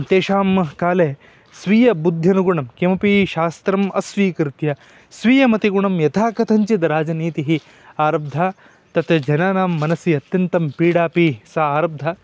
तेषां काले स्वीयबुद्ध्यनुगुणं किमपि शास्त्रम् अस्वीकृत्य स्वीयमतिगुणं यथा कथञ्चद् राजनीतिः आरब्धा तत् जनानां मनसि अत्यन्तं पीडापि सा आरब्धा